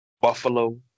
Buffalo